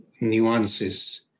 nuances